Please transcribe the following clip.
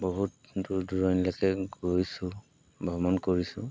বহুত দূৰ দূৰণিলেকে গৈছোঁ ভ্ৰমণ কৰিছোঁ